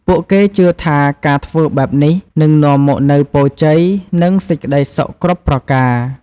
ពួកគេជឿថាការធ្វើបែបនេះ នឹងនាំមកនូវពរជ័យ និងសេចក្តីសុខគ្រប់ប្រការ។